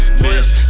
bitch